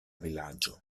vilaĝo